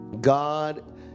God